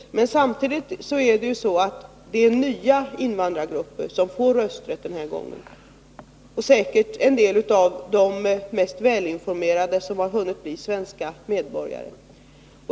Men samtidigt är det ju så, att nya invandrargrupper får rösträtt också den här gången, och säkert har en del av de mest välinformerade av dem redan hunnit bli svenska medborgare.